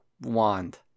wand